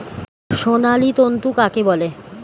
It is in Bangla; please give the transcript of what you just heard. সোনালী তন্তু কাকে বলে?